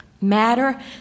Matter